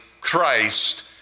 Christ